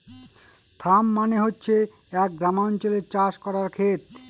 farm মানে হচ্ছে এক গ্রামাঞ্চলে চাষ করার খেত